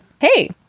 hey